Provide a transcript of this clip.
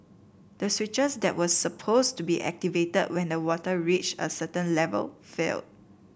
the switches that were supposed to be activated when the water reached a certain level failed